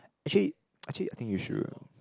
actually actually I think you should